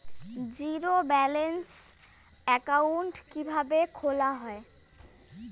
Zero balance account কিভাবে খোলা হয়?